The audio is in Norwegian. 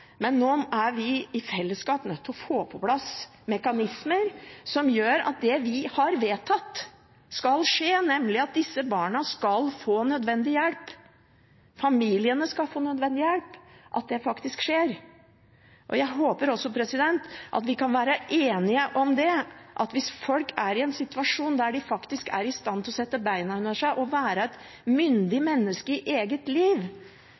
er vi i fellesskap nødt til å få på plass mekanismer som gjør at det vi har vedtatt, skal skje, nemlig at disse barna skal få nødvendig hjelp, familiene skal få nødvendig hjelp – at det faktisk skjer. Jeg håper også at vi kan være enige om at hvis folk er i en situasjon der de faktisk er i stand til å sette beina under seg og være et myndig menneske i eget liv